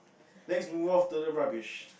next we move off to the rubbish